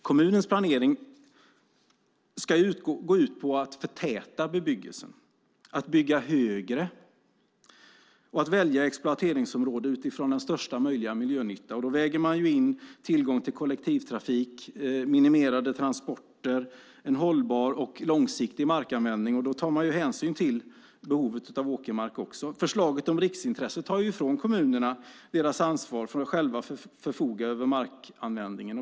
Kommunens planering ska gå ut på att förtäta bebyggelsen, att bygga högre och att välja exploateringsområden utifrån största möjliga miljönytta. Då väger man in tillgång till kollektivtrafik, minimerade transporter och en långsiktigt hållbar markanvändning. Då tar man också hänsyn till behovet av åkermark. Men förslaget om riksintresse tar ifrån kommunerna deras ansvar för att själva förfoga över markanvändningen.